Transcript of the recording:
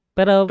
Pero